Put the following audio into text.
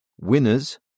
Winners